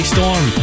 Storm